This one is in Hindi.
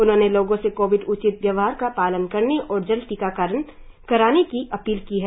उन्होंने लोगों से कोविड उचित व्यवहार का पालन करने और जल्द टीकाकरण कराने की अपील की है